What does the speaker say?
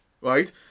Right